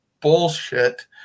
bullshit